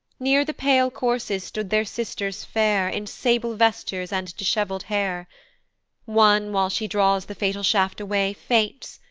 near the pale corses stood their sisters fair in sable vestures and dishevell'd hair one, while she draws the fatal shaft away, faints,